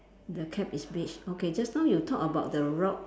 the cap is beige okay just now you talk about the rock